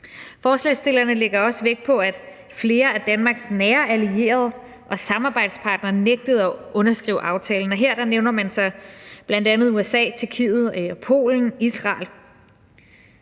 Forslagsstillerne lægger også vægt på, at flere af Danmarks nære allierede og samarbejdspartnere nægtede at underskrive aftalen, og her nævner man bl.a. USA, Tjekkiet, Polen og Israel.